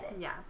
Yes